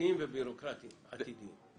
משפטיים ובירוקרטיים עתידיים.